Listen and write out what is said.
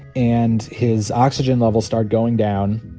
and his oxygen level started going down,